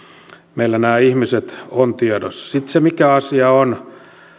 meillä nämä ihmiset on tiedossa sitten on